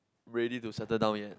ready to settle down yet